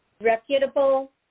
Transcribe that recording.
reputable